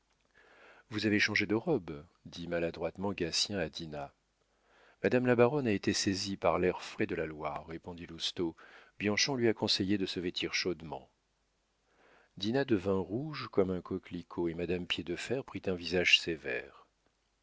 vous avez changé de robe dit maladroitement gatien à dinah madame la baronne a été saisie par l'air frais de la loire répondit lousteau bianchon lui a conseillé de se vêtir chaudement dinah devint rouge comme un coquelicot et madame piédefer prit un visage sévère